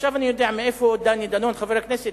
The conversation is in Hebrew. עכשיו אני יודע מאיפה חבר הכנסת